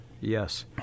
yes